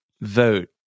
vote